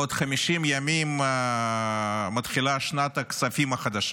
בעוד 50 ימים מתחילה שנת הכספים החדשה.